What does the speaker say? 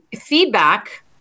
feedback